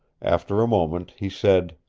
after a moment he said,